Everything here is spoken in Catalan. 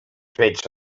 fets